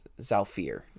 Zalfir